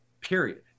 period